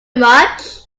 much